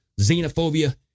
xenophobia